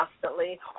constantly